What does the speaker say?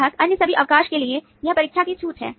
ग्राहक अन्य सभी अवकाशों के लिए यह परीक्षा की छूट है